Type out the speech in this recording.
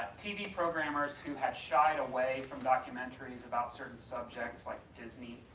tv programmers who had shied away from documentaries about certain subjects, like disney,